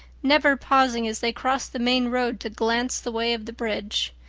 never pausing as they crossed the main road to glance the way of the bridge.